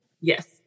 Yes